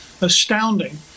astounding